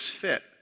fit